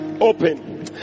open